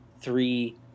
three